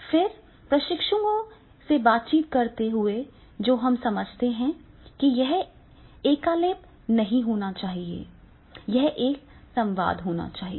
फिर प्रशिक्षुओं के साथ बातचीत करते हुए जो हम समझते हैं कि यह एक एकालाप नहीं होना चाहिए यह एक संवाद होना चाहिए